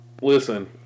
listen